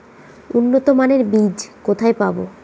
উন্নতমানের বীজ কোথায় পাব?